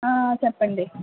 చెప్పండి